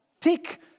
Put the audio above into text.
tick